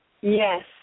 Yes